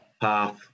path